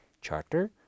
charter